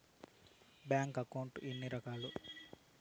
bank account ఎన్ని రకాలు